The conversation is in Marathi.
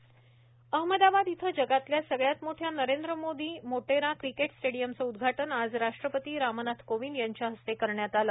नरेंद्र मोदी क्रिकेट स्टेडियम अहमदाबाद इथं जगातल्या सगळ्यात मोठ्या नरेंद्र मोदी मोटेरा क्रिकेट स्टेडीयमचं उद्घाटन आज राष्ट्रपती रामनाथ कोविंद यांच्या हस्ते करण्यात आलं